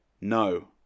No